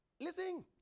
Listen